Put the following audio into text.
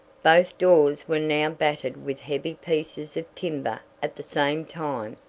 both doors were now battered with heavy pieces of timber at the same time,